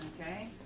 Okay